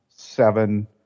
Seven